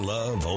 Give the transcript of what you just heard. Love